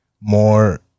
more